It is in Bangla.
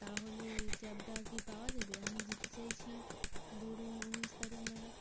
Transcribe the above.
তাহলে ক্যাবটা কি পাওয়া যাবে আমি যেতে চাইছি ধরুন উনিশ তারিখ নাগাদ